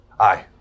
Aye